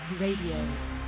Radio